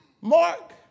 Mark